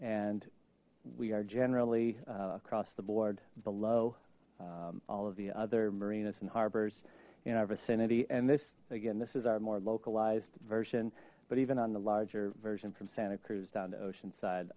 and we are generally across the board below all of the other marinas and harbors in our vicinity and this again this is our more localized version but even on the larger version from santa cruz down to oceanside